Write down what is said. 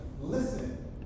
listen